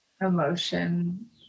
emotion